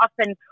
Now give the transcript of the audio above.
often